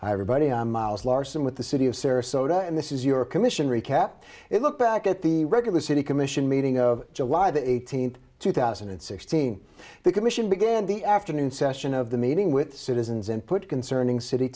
everybody i'm miles larson with the city of sarasota and this is your commission recap it look back at the regular city commission meeting of july the eighteenth two thousand and sixteen the commission began the afternoon session of the meeting with citizens and put concerning city